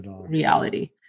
reality